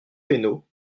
fesneau